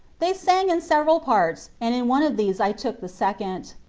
they sang in several parts, and in one of these i took the second.